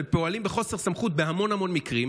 והם פועלים בחוסר סמכות בהמון המון מקרים.